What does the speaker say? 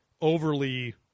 overly